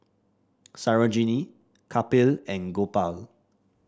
Sarojini Kapil and Gopal